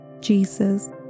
Jesus